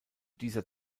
dieser